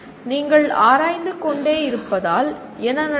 நீங்கள் ஆராய்ந்து கொண்டே இருப்பதால் என்ன நடக்கும்